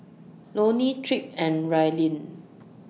Loney Tripp and Raelynn